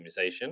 optimization